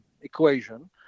equation